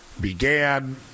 began